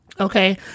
Okay